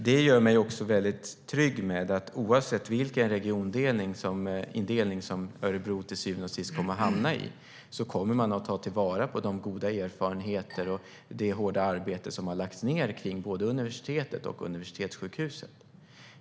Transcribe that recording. Detta gör mig också väldigt trygg med att Örebro, oavsett vilken region man till syvende och sist kommer att hamna i, kommer att ta vara på de goda erfarenheter och det hårda arbete som har lagts ned på både universitetet och universitetssjukhuset.